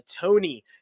Tony